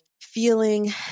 feeling